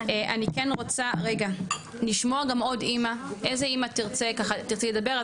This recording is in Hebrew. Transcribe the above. אני כן רוצה רגע לשמוע גם אמא איזה אמא תרצה ככה תרצי לדבר,